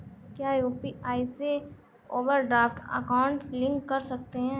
क्या यू.पी.आई से overdraft account link कर सकते हैं?